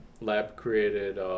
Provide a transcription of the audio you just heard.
lab-created